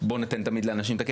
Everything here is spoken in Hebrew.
בוא ניתן לאנשים לתקן.